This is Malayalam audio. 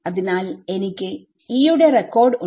അതിനാൽ എനിക്ക് E യുടെ റെക്കോർഡ് ഉണ്ട്